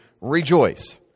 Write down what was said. rejoice